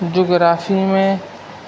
جغرافی میں